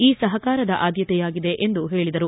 ಈ ಸಹಕಾರದ ಆದ್ಯತೆಯಾಗಿದೆ ಎಂದು ಹೇಳಿದರು